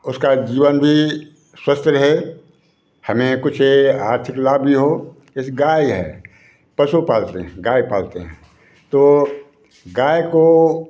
उसका जीवन भी स्वस्थ रहे हमें कुछ आर्थिक लाभ भी हो जैसे गाय है पशु पालते हैं गाय पालते हैं तो गाय को